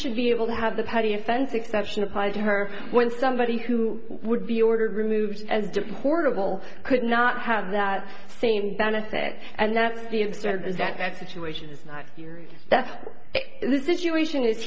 should be able to have the petty offense exception applied to her when somebody who would be ordered removed as deportable could not have that same benefit and that the instead that that situation is not that's the situation is